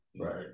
right